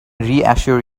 reassure